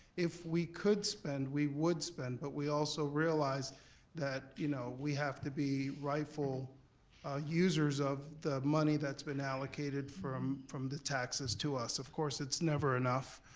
if we could spend we would spend, but we also realize that you know, we have to be rightful users of the money that's been allocated from from the taxes to us. of course it's never enough,